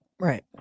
Right